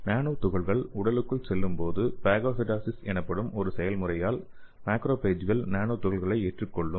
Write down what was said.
நானோ துகள்கள் உடலுக்குள் செல்லும்போது பாகோபைட்டோசிஸ் எனப்படும் ஒரு செயல்முறையால் மேக்ரோபேஜ்கள் நானோ துகள்களை ஏற்றுக் கொள்ளும்